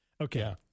Okay